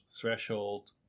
threshold